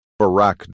Barack